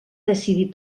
decidir